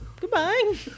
goodbye